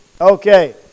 Okay